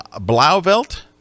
Blauvelt